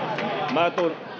minä